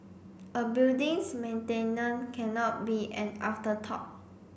a building's maintenance cannot be an afterthought